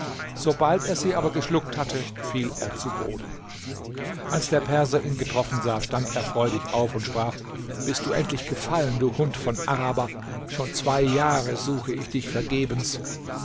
sobald er sie aber geschluckt hatte fiel er zu boden als der perser ihn getroffen sah stand er freudig auf und sprach bist du endlich gefallen du hund von araber schon zwei jahre suche ich dich vergebens